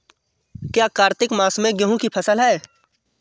क्या कार्तिक मास में गेहु की फ़सल है?